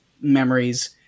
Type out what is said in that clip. memories